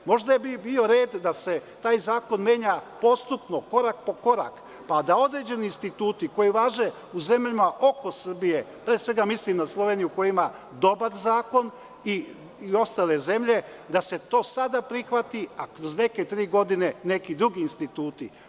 Možda bi bio red da se taj zakon menja postupno, korak po korak, pa da određeni instituti koji važe u zemljama oko Srbije, pre svega mislim na Sloveniju koja ima dobar zakon i ostale zemlje, da se to sada prihvati, a kroz neke tri godine neki drugi instituti.